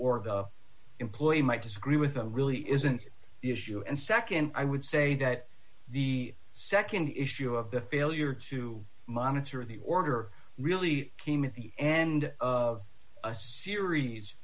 or the employee might disagree with them really isn't the issue and nd i would say that the nd issue of the failure to monitor of the order really came at the end of a series